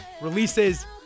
releases